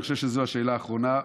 אני חושב שזו השאלה האחרונה,